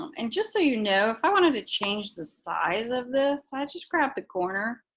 and just so you know, if i wanted to change the size of this, i just grab the corner